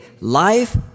life